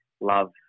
love